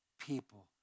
people